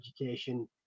education